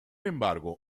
embargo